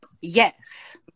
Yes